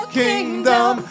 kingdom